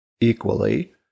equally